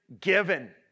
given